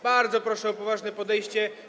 Bardzo proszę o poważne podejście.